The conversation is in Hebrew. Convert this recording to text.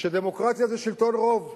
שדמוקרטיה זה שלטון רוב,